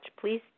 Please